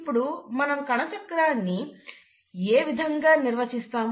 ఇప్పుడు మనం కణచక్రాన్ని ఏ విధంగా నిర్వచిస్తాం